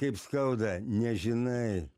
kaip skauda nežinai